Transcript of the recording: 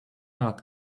art